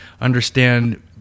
understand